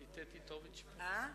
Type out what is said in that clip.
אה,